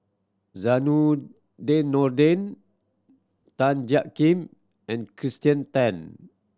Zainudin Nordin Tan Jiak Kim and Kirsten Tan